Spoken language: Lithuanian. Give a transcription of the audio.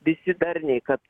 visi darniai kad